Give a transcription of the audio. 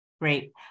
Great